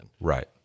right